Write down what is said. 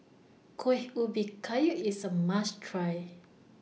Kuih Ubi Kayu IS A must Try